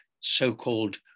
so-called